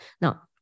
Now